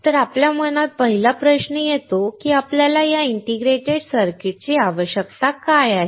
तर आपल्या मनात पहिला प्रश्न येतो की आपल्याला या इंटिग्रेटेड सर्किट ची आवश्यकता का आहे